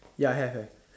ya have have